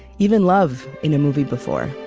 even love, in a movie before